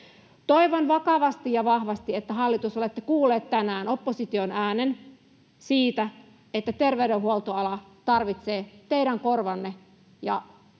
Toivon vakavasti ja vahvasti, että, hallitus, olette kuulleet tänään opposition äänen siitä, että terveydenhuoltoala tarvitsee teidän korvanne ja sen